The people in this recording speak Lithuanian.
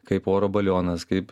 kaip oro balionas kaip